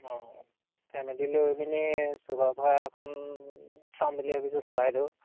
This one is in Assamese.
অঁ ফেমিলী লৈ পিনি চুকাফাখন চাম বুলি ভাবিছোঁ চৰাইদেউ